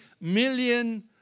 million